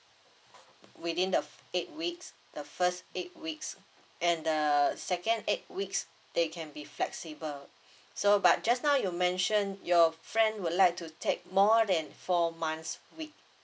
within the eight weeks the first eight weeks and the second eight weeks they can be flexible so but just now you mentioned your friend would like to take more than four months week